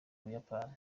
buyapani